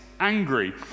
angry